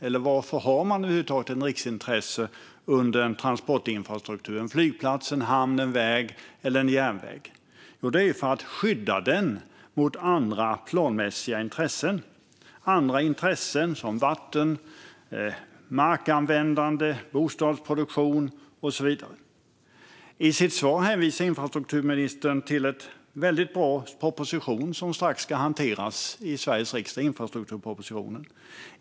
Eller varför har man över huvud taget ett riksintresse under en transportinfrastruktur - en flygplats, en hamn, en väg eller järnväg? Jo, det är ju för att skydda den mot andra planmässiga intressen, som vatten, markanvändande, bostadsproduktion och så vidare. I sitt svar hänvisar infrastrukturministern till en väldigt bra proposition som strax ska hanteras av Sveriges riksdag, nämligen infrastrukturpropositionen.